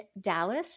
Dallas